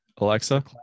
Alexa